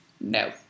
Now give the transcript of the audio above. No